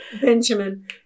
Benjamin